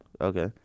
Okay